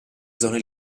zone